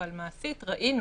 אבל מעשית ראינו